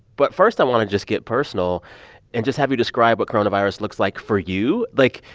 but first, i want to just get personal and just have you describe what coronavirus looks like for you. like,